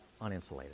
uninsulated